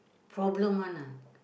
problem one ah